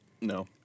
No